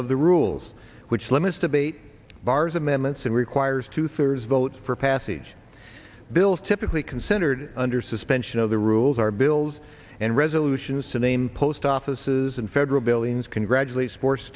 of the rules which limits debate bars amendments and requires two thirds vote for passage bills typically considered under suspension of the rules are bills and resolutions to name post offices and federal buildings congratulate sports